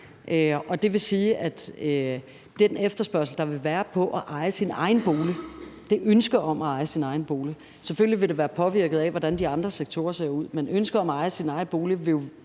Det vil sige, at den efterspørgsel, der vil være, på at eje sin egen bolig selvfølgelig vil være påvirket af, hvordan de andre sektorer ser ud, men ønsket om at eje sin egen bolig vil jo